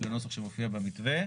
לנוסח שמופיע במתווה,